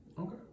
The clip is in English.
Okay